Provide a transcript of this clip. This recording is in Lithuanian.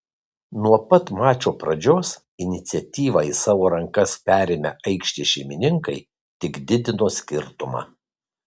nuo pat mačo pradžios iniciatyvą į savo rankas perėmę aikštės šeimininkai tik didino skirtumą